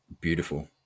beautiful